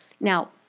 Now